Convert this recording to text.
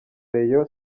rayon